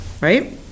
Right